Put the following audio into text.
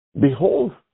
behold